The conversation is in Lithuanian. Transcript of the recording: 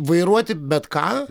vairuoti bet ką